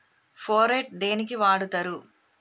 Phorate దేనికి వాడుతరు?